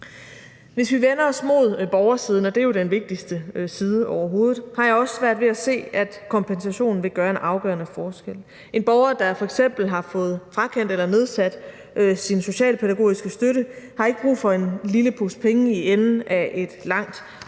Hvis vi vender os mod borgersiden, og det er jo den vigtigste side overhovedet, har jeg også svært ved at se, at kompensation vil gøre en afgørende forskel. En borger, der f.eks. har fået frakendt eller nedsat sin socialpædagogiske støtte, har ikke brug for en lille pose penge i enden af et langt